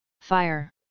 Fire